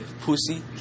Pussy